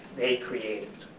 they create it.